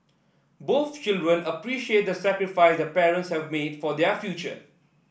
both children appreciate the sacrifice their parents have made for their future